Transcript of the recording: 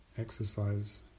exercise